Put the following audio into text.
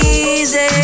easy